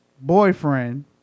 boyfriend